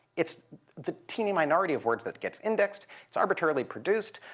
it's the teeny minority of words that gets indexed. it's arbitrarily produced.